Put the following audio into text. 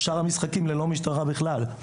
שאר המשחקים ללא משטרה בכלל.